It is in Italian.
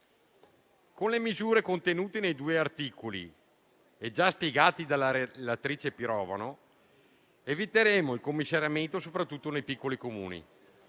Con le misure contenute nei due articoli, già illustrati dalla relatrice Pirovano, eviteremo il commissariamento soprattutto nei piccoli Comuni.